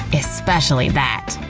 especially that.